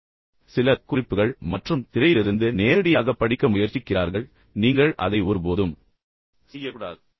நான் சொன்னது போல் சிலர் குறிப்புகள் மற்றும் திரையிலிருந்து நேரடியாகப் படிக்க முயற்சிக்கிறார்கள் நீங்கள் அதை ஒருபோதும் செய்யக்கூடாது